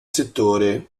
settore